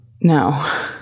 No